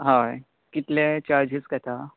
हय कितले चार्जीस घेता